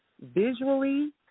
visually